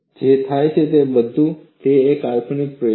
જે થાય છે તે બધું તે એક કાલ્પનિક પ્રયોગ છે